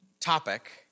topic